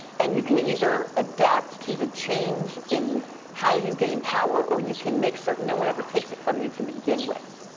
and you can either adapt to the change in how you gain power or you can make certain no one ever takes it from you to begin with.